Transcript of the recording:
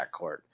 backcourt